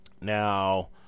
Now